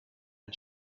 and